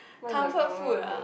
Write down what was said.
what's your comfort food